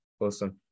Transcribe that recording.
Awesome